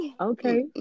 okay